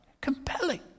Compelling